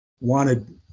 wanted